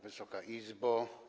Wysoka Izbo!